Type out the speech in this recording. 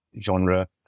genre